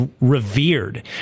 revered